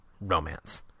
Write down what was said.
romance